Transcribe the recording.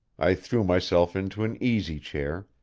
i threw myself into an easy-chair,